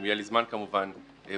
אם יהיה לי זמן כמובן בהמשך,